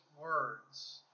words